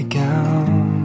gown